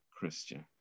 Christian